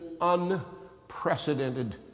unprecedented